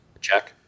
Check